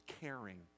caring